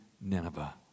Nineveh